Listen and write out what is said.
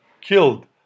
killed